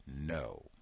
no